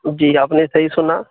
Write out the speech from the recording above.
جی آپ نے صحیح سنا